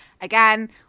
Again